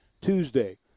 Tuesday